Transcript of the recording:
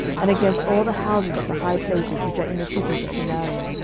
and against all the houses of the high places which are in the cities of samaria,